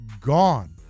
gone